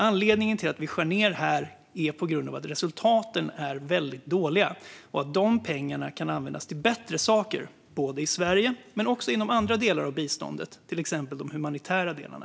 Anledningen till att vi skär ned här är att resultaten är dåliga och att de pengarna kan användas till bättre saker i Sverige men också inom andra delar av biståndet, till exempel de humanitära delarna.